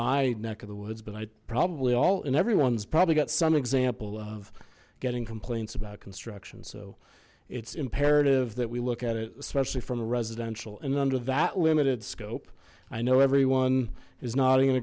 my neck of the woods but i probably all and everyone's probably got some example of getting complaints about construction so it's imperative that we look at it especially from a residential and under that limited scope i know everyone is no